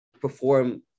perform